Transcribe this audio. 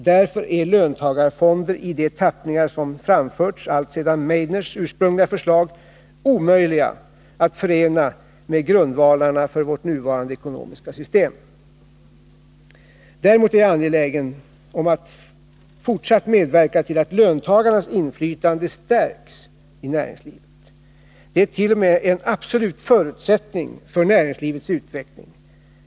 Därför är ”löntagarfonder” i de tappningar som de framförts alltsedan Meidners ursprungliga förslag omöjliga att förena med grundvalarna för vårt nuvarande ekonomiska system. Däremot är jag angelägen om att fortsatt medverka till att löntagarnas inflytande i näringslivet stärks. Det är t.o.m. en absolut förutsättning för näringslivets utveckling.